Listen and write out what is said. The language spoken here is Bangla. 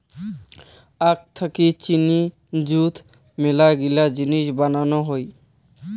আখ থাকি চিনি যুত মেলাগিলা জিনিস বানানো হই